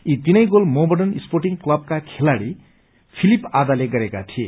यी तीनै गोल मोहम्मडन स्पोर्टिंगं क्वलका खेलाड़ फिलिप आदाले गरेका थिए